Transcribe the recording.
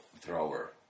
thrower